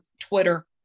Twitter